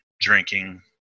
drinking